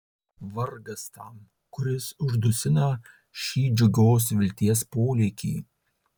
vargas tam kuris uždusina šį džiugios vilties polėkį